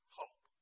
hope